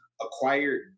acquired